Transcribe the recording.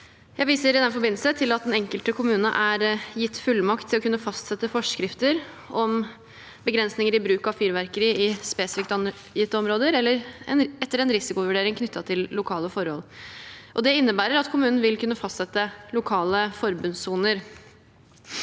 Jeg viser i den forbindelse til at den enkelte kommune er gitt fullmakt til å kunne fastsette forskrifter om begrensninger i bruk av fyrverkeri i spesifikt angitte områder etter en risikovurdering knyttet til lokale forhold. Dette innebærer at kommunen vil kunne fastsette lokale forbudssoner.